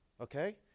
okay